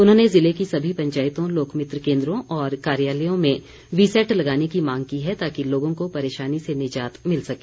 उन्होंने जिले की सभी पंचायतों लोकमित्र केन्द्रों और कार्यालयों में वी सैट लगाने की मांग की है ताकि लोगों को परेशानी से निजात मिल सके